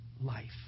life